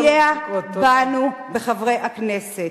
תסתייע בנו, בחברי הכנסת.